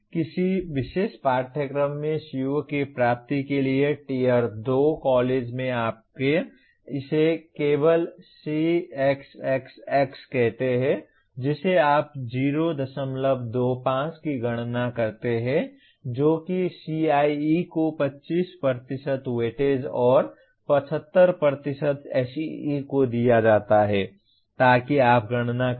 किसी विशेष पाठ्यक्रम में CO की प्राप्ति के लिए टीयर 2 कॉलेज में आप इसे केवल Cxxx कहते हैं जिसे आप 025 की गणना करते हैं जो कि CIE को 25 वेटेज और 75 SEE को दिया जाता है ताकि आप गणना करें